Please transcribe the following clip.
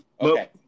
Okay